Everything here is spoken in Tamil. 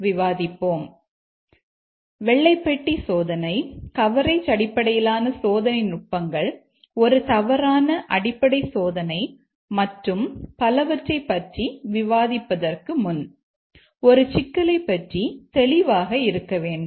ஆனால் வெள்ளை பெட்டி சோதனை கவரேஜ் அடிப்படையிலான சோதனை நுட்பங்கள் ஒரு தவறான அடிப்படை சோதனை மற்றும் பலவற்றைப் பற்றி விவாதிப்பதற்கு முன் ஒரு சிக்கலைப் பற்றி தெளிவாக இருக்க வேண்டும்